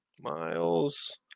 Miles